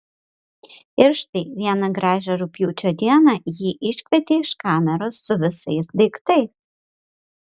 ir štai vieną gražią rugpjūčio dieną jį iškvietė iš kameros su visais daiktais